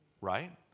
right